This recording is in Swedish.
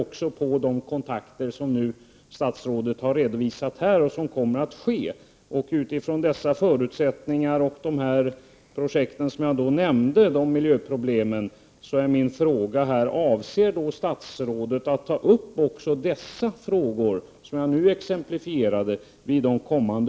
1988/89:100 också på de kontakter som statsrådet nu har redogjort för. Avser statsrådet 20 april 1989 att även ta upp de frågor som jag nyss exemplifierade vid de kommande